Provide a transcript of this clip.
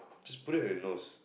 just put it on your nose